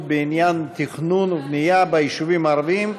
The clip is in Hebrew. ובעניין תכנון ובנייה ביישובים הערביים,